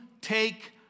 take